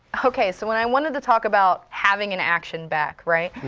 ok, so i wanted to talk about having an action back, right?